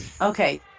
okay